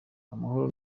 amahoro